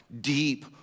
deep